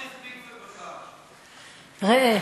ראה,